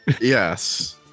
yes